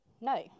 no